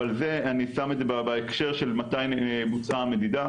אבל זה אני שם את זה בהקשר של מתי בוצעה המדידה,